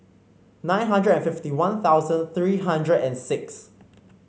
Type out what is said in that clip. nine hundred and fifty One Thousand three hundred and six